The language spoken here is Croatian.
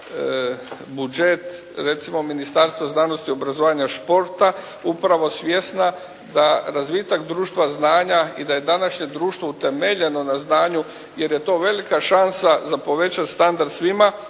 budžet, recimo Ministarstva znanosti, obrazovanja i športa upravo svjesna da razvitak društva znanja i da je današnje društvo utemeljeno na znanju jer je to velika šansa za povećati standard svima